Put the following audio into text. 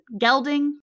gelding